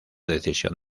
decisión